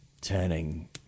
turning